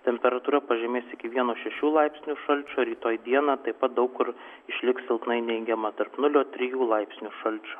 temperatūra pažemės iki vieno šešių laipsnių šalčio rytoj dieną taip pat daug kur išliks silpnai neigiama tarp nulio trijų laipsnių šalčio